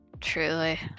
truly